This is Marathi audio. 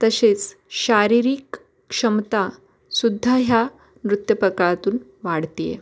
तसेच शारीरिक क्षमता सुद्धा ह्या नृत्यपकारातून वाढते आहे